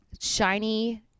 shiny